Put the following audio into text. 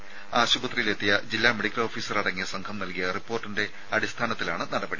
P ആശുപത്രിയിലെത്തിയ ജില്ലാ medical officer അടങ്ങിയ സംഘം നൽകിയ റിപ്പോർട്ടിന്റെ അടിസ്ഥാനത്തിലാണ് നടപടി